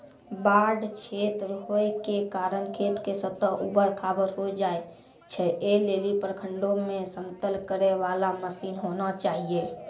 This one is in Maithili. बाढ़ क्षेत्र होय के कारण खेत के सतह ऊबड़ खाबड़ होय जाए छैय, ऐ लेली प्रखंडों मे समतल करे वाला मसीन होना चाहिए?